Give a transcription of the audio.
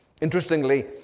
Interestingly